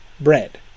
bread